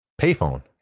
payphone